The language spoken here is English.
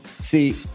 See